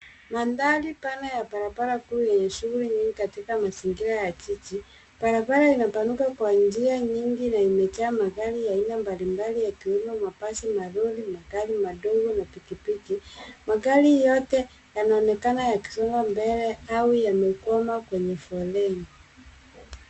Mandhari pana ya barabara kuu yenye shughuli nyingi katika mazingira ya jiji. Barabara inapanuka kwa njia nyingi na imejaa magari ya aina mbalimbali ya kilimo mabasi. Malori magari madogo na pikipiki magari yote yanaonekana yakisonga mbele au yamekwama kwenye foleni.